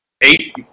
eight